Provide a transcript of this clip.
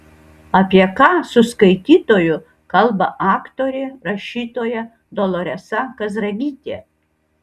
apie ką su skaitytoju kalba aktorė rašytoja doloresa kazragytė